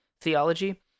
theology